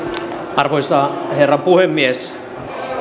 arvoisa herra puhemies